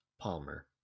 Palmer